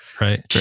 right